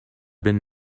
been